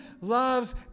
loves